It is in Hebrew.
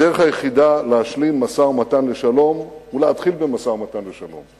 הדרך היחידה להשלים משא-ומתן לשלום היא להתחיל במשא-ומתן לשלום.